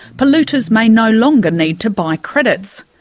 polluters may no longer need to buy credits.